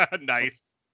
Nice